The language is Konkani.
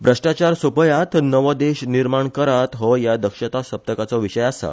भ्रष्टाचार सोपयात नवो देश निर्माण करात हो ह्या दक्षता सप्तकाचो विशय आसा